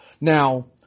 Now